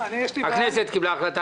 הכנסת קיבלה החלטה,